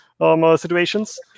situations